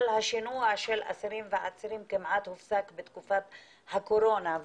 השינוע של העצירים והאסירים כמעט הופסק בתקופת הקורונה.